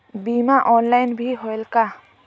बीमा ऑनलाइन भी होयल का?